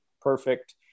perfect